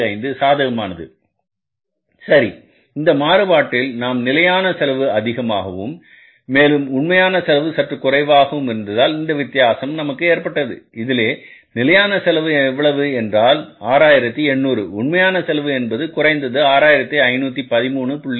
25 சாதகமானது சரி இந்த மாறுபாட்டில் நாம் நிலையான செலவு அதிகமாகவும் மேலும் உண்மையான செலவு சற்று குறைவாகவும் இருந்ததால் இந்த வித்தியாசம் நமக்கு ஏற்பட்டது இதிலே நிலையான செலவு எவ்வளவு என்றால் 6800 உண்மையான செலவு என்பது குறைந்து 6513